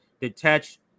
detach